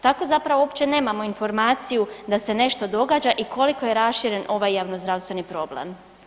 Tako zapravo uopće nemamo informaciju da se nešto događa i koliko je raširen ovaj javnozdravstveni problem.